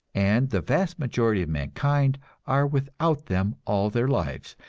and the vast majority of mankind are without them all their lives,